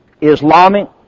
Islamic